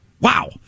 Wow